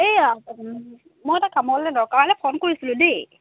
এই মই এটা কামলৈ দৰকাৰলৈ ফোন কৰিছিলোঁ দেই